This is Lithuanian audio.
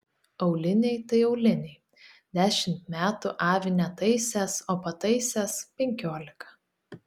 auliniai tai auliniai dešimt metų avi netaisęs o pataisęs penkiolika